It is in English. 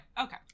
okay